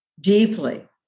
deeply